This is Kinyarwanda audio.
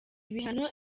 ibihano